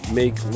make